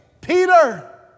Peter